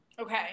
okay